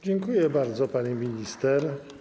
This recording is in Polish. Dziękuję bardzo, pani minister.